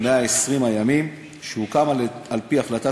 כמה המלצות של "צוות 120 הימים" שהוקם על-פי החלטת